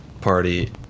party